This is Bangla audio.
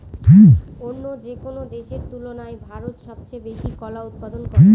অন্য যেকোনো দেশের তুলনায় ভারত সবচেয়ে বেশি কলা উৎপাদন করে